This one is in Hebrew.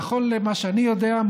נכון למה שאני יודע,